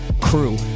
crew